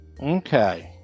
Okay